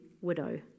widow